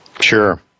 Sure